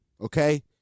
okay